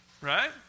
Right